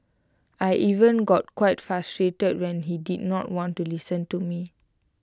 I even got quite frustrated when he did not want to listen to me